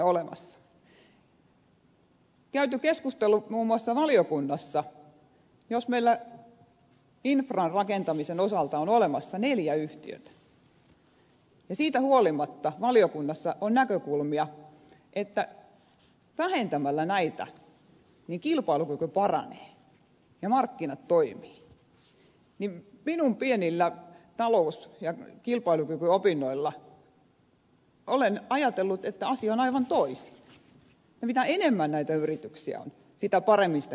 kun käytiin keskustelua muun muassa valiokunnassa niin jos meillä infran rakentamisen osalta on olemassa neljä yhtiötä ja siitä huolimatta valiokunnassa on näkökulmia että vähentämällä näitä kilpailukyky paranee ja markkinat toimivat niin minun pienillä talous ja kilpailukykyopinnoillani olen ajatellut että asia on aivan toisin ja mitä enemmän näitä yrityksiä on sitä paremmin sitä kilpailua on